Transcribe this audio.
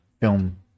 film